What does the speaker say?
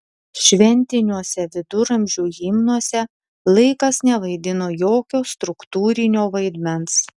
šventiniuose viduramžių himnuose laikas nevaidino jokio struktūrinio vaidmens